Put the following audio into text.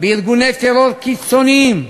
בארגוני טרור קיצוניים,